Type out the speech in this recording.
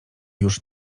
już